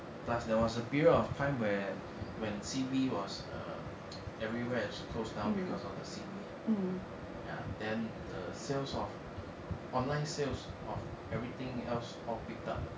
plus there was a period of time where when C_B was err everywhere is close down because of the C_B ya then the sales of online sales of everything else all picked up